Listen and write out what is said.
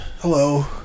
Hello